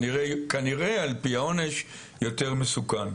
וכנראה על פי העונש יותר מסוכן.